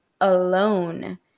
alone